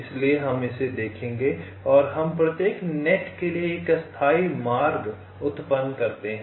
इसलिए हम इसे देखेंगे और हम प्रत्येक नेट के लिए एक अस्थायी मार्ग उत्पन्न करते हैं